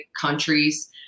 countries